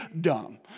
dumb